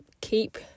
keep